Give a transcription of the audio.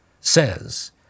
says